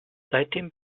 seitdem